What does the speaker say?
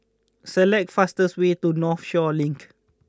select fastest way to Northshore Link